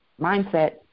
Mindset